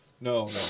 No